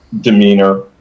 demeanor